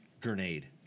grenade